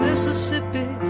Mississippi